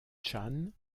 chan